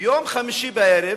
ביום חמישי בערב